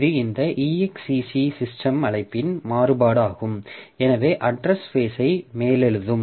இது இந்த exec system அழைப்பின் மாறுபாடாகும் எனவே அட்ரஸ் ஸ்பேஸ்ஐ மேலெழுதும்